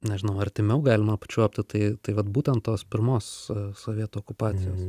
nežinau artimiau galima apčiuopti tai tai vat būtent tos pirmos sovietų okupacijos